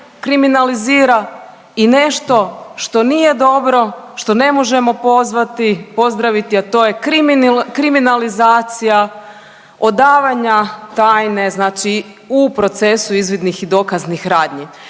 kriminalizira i nešto što nije dobro, što ne možemo pozvati, pozdraviti, a to je kriminalizacija odavanja tajne znači u procesu izvidnih i dokaznih radnji.